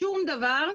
שום דבר,